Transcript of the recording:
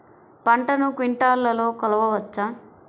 పంటను క్వింటాల్లలో కొలవచ్చా?